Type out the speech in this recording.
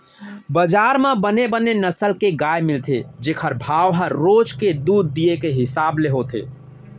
बजार म बने बने नसल के गाय मिलथे जेकर भाव ह रोज के दूद दिये के हिसाब ले होथे